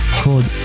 called